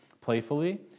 playfully